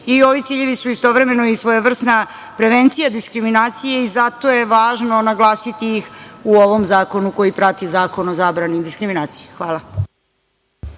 Ovi ciljevi su istovremeno i svojevrsna prevencija diskriminacije. Zato je važno naglasiti ih u ovom zakonu koji prati Zakon o zabrani diskriminacije. Hvala.